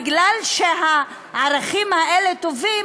בגלל שהערכים האלה טובים,